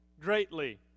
greatly